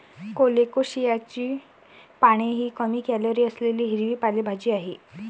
कोलोकेशियाची पाने ही कमी कॅलरी असलेली हिरवी पालेभाजी आहे